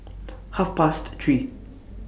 Half Past three